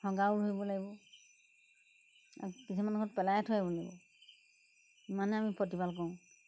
হগাও ধৰিব লাগিব আৰু কিছুমান ঘৰত পেলাই থৈ আহিব লাগিব ইমানেই আমি প্ৰতিপাল কৰোঁ